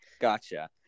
Gotcha